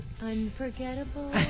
Unforgettable